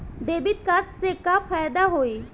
Debit card से का फायदा होई?